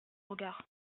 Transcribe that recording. regard